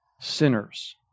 sinners